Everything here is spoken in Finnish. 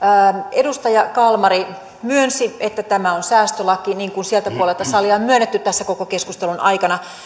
edustaja kalmari myönsi että tämä on säästölaki niin kuin sieltä puolelta salia on on myönnetty koko keskustelun aikana